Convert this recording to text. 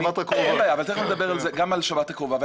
לשבת הקרובה.